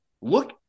Look